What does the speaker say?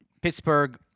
Pittsburgh